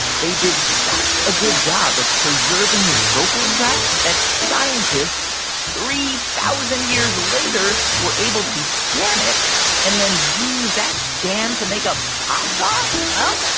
they did such a good job of preserving his vocal tract that scientists three thousand years later were able to scan it and then use that scan to make a pop song? well,